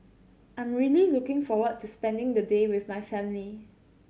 I'm really looking forward to spending the day with my family